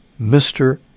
Mr